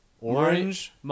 orange